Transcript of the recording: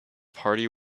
party